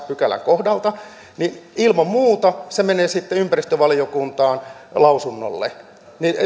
pykälän kohdalta niin ilman muuta se menee sitten ympäristövaliokuntaan lausunnolle